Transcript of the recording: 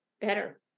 better